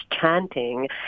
chanting